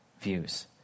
views